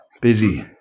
Busy